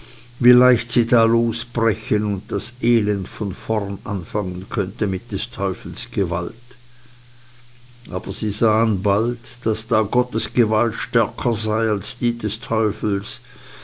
leicht sie da losbrechen und das elend von vornen anfangen könnte mit des teufels gewalt aber sie sahen bald daß da gottes gewalt stärker sei als die des teufels